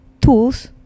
Tools